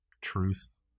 truth